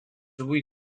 avui